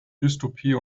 dystopie